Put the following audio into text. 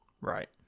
right